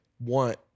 want